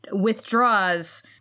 withdraws